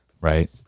Right